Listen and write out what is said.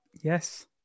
Yes